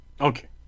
okay